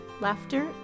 laughter